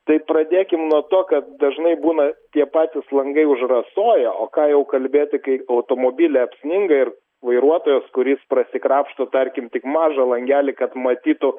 tai pradėkim nuo to kad dažnai būna tie patys langai užrasojo o ką jau kalbėti kai automobilį apsninga ir vairuotojas kuris prasikrapšto tarkim tik mažą langelį kad matytų